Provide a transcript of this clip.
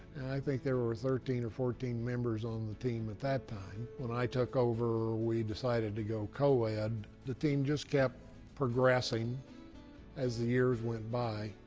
i think there were thirteen or fourteen members on the team at that time. when i took over, we decided to go co-ed. and the team just kept progressing as the years went by.